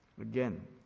Again